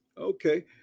Okay